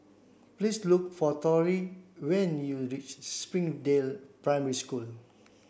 please look for Torrie when you reach Springdale Primary School